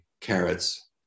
carrots